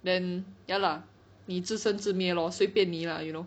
then ya lah 你自生自灭 lor 随便你 lah you know